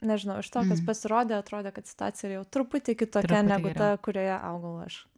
nežinau iš to kas pasirodė atrodė kad situacija jau truputį kitokia negu ta kurioje augau aš